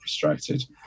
frustrated